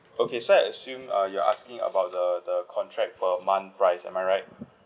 okay so I assume uh you're asking about the the contract per month price am I right